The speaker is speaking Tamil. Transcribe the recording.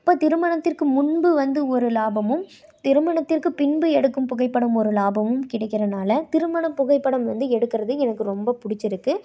அப்போ திருமணத்திற்கு முன்பு வந்து ஒரு லாபமும் திருமணத்திற்குப் பின்பு எடுக்கும் புகைப்படம் ஒரு லாபமும் கிடைக்கிறனால் திருமணப் புகைப்படம் வந்து எடுக்கிறது எனக்கு ரொம்ப பிடிச்சிருக்கு